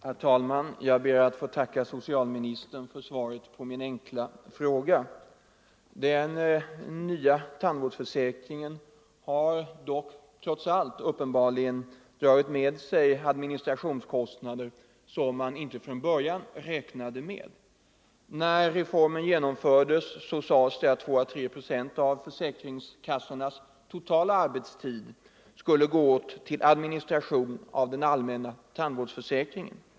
Herr talman! Jag ber att få tacka socialministern för svaret på min enkla fråga. Den nya tandvårdsförsäkringen har dock trots allt uppenbarligen dragit med sig administrationskostnader som man inte från början räknade med. När reformen genomfördes sades det att 2 å 3 procent av kassornas totala arbetstid skulle gå åt till administration av den allmänna tandvårdsförsäkringen.